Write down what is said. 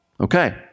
Okay